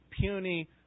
puny